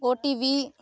OTV